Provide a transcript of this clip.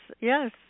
yes